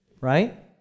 right